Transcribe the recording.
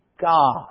God